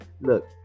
Look